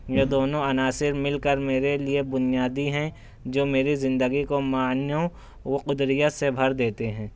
یہ دونوں عناصر مل کر میرے لئے بنیادی ہیں جو میری زندگی کو معنوں و قدریہ سے بھر دیتے ہیں